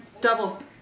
double